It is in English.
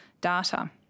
data